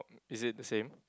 is it the same